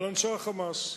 על אנשי ה"חמאס".